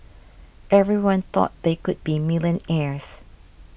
everyone thought they could be millionaires